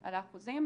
האחוזים.